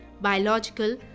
biological